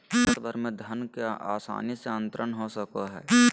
भारत भर में धन के आसानी से अंतरण हो सको हइ